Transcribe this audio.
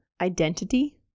identity